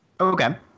Okay